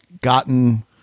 gotten